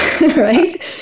right